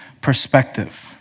perspective